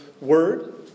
word